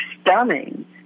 stunning